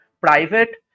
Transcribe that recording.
private